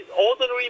ordinary